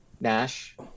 Nash